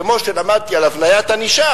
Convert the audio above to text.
כמו שלמדתי על הבניית ענישה,